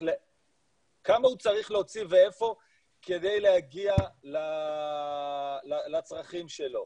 כמה הוא צריך להוציא ואיפה כדי להגיע לצרכים שלו.